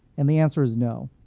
and the answer is no.